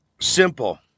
Simple